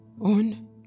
On